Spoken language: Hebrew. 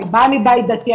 אני באה מבית דתי,